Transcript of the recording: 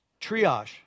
triage